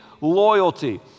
loyalty